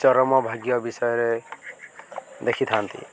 ଚରମ ଭାଗ୍ୟ ବିଷୟରେ ଦେଖିଥାନ୍ତି